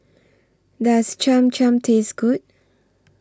Does Cham Cham Taste Good